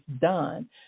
done